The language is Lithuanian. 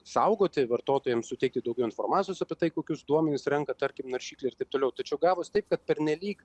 saugoti vartotojams suteikti daugiau informacijos apie tai kokius duomenis renka tarkim naršyklė ir taip toliau tačiau gavos taip kad pernelyg